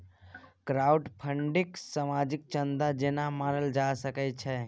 crowdfunding सामाजिक चन्दा जेना मानल जा सकै छै